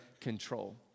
control